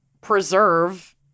preserve